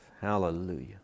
Hallelujah